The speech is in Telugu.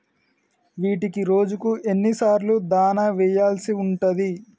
వీటికి రోజుకు ఎన్ని సార్లు దాణా వెయ్యాల్సి ఉంటది?